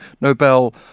Nobel